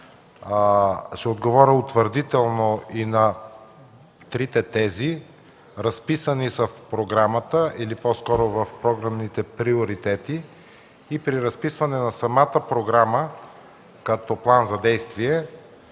Ще отговоря утвърдително и на трите тези. Разписани са в програмата или по скоро в програмните приоритети и при разписване на самата програма като план за действие